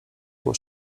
był